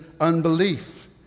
unbelief